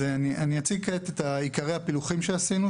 (הצגת מצגת) כעת אני אציג את עיקרי הפילוחים שעשינו,